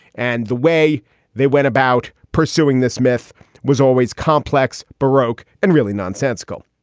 and the way they went about pursuing this myth was always complex, broke and really nonsensical.